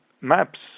maps